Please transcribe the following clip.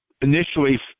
initially –